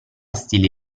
stile